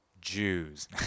Jews